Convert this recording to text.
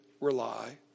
rely